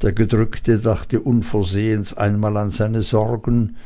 der gedrückte dachte unversehens einmal an seine sorgen